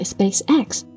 SpaceX